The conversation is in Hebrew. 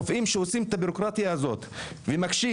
הרופאים שעושים את הבירוקרטיה הזו ומקשים